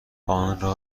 آنها